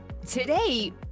today